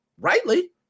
rightly